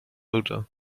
odor